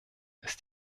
ist